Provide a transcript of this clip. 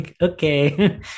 okay